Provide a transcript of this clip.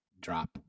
drop